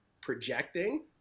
projecting